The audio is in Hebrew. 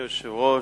אדוני היושב-ראש,